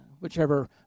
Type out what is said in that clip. whichever